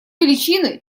величины